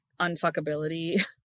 unfuckability